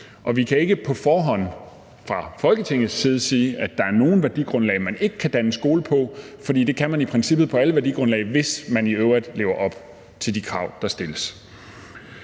vi kan ikke på forhånd fra Folketingets side sige, at der er nogle værdigrundlag, man ikke kan danne skole på, for det kan man i princippet på alle værdigrundlag, hvis man i øvrigt lever op til de krav, der stilles.